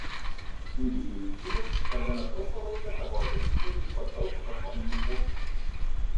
kūdikiui užgimus per gana trumpą laiką tavo organizme įvyko daug hormoninių pokyčių